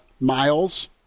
Miles